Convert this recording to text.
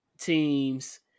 teams